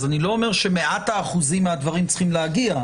אז אני לא אומר שמאת האחוזים מהדברים צריכים להגיע,